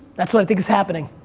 that's what i think is happening.